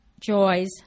joys